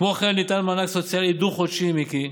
כמו כן ניתן מענק סוציאלי דו-חודשי, מיקי,